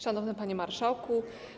Szanowny Panie Marszałku!